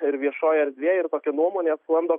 ir viešojoj erdvėj ir tokia nuomonė sklando